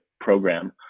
program